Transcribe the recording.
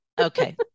Okay